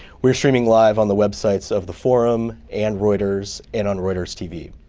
we are streaming live on the websites of the forum, and reuters, and on reuters tv.